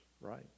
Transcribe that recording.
right